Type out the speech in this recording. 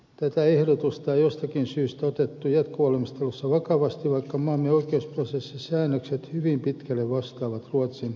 tätä ehdotusta ei jostakin syystä otettu jatkovalmistelussa vakavasti vaikka maamme oikeusprosessisäännökset hyvin pitkälle vastaavat ruotsin vastaavia säännöksiä